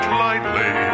lightly